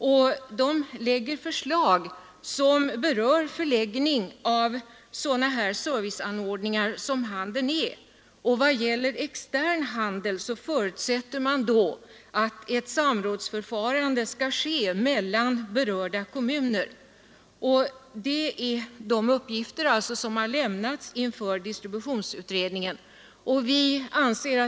Denna utredning framlägger förslag som berör förläggningen av sådana serviceanordningar som handeln utgör. Vad gäller extern handel förutsätts då att ett samrådsförfarande skall ske mellan berörda kommuner, den uppgiften har lämnats inför distributionsutredningen.